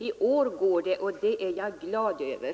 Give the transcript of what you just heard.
I år har det lyckats, och det är jag glad över.